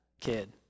kid